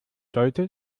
sollte